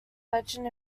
legend